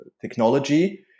technology